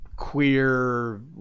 queer